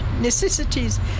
necessities